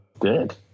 dead